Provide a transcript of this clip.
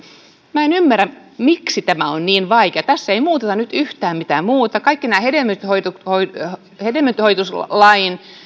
minä en ymmärrä miksi tämä on niin vaikeaa tässä ei muuteta nyt yhtään mitään muuta kaikki nämä hedelmöityshoitolain